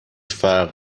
فرق